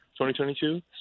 2022